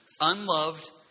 Unloved